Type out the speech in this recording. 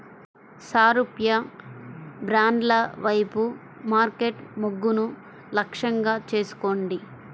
సారూప్య బ్రాండ్ల వైపు మార్కెట్ మొగ్గును లక్ష్యంగా చేసుకోండి